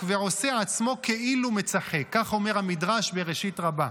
ועושה עצמו כאילו מצחק," כך אומר המדרש בראשית רבה.